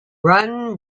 run